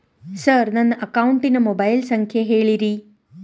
sir ನನ್ನ ಅಕೌಂಟಿನ mobile ಸಂಖ್ಯೆ ಹೇಳಿರಿ